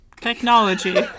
Technology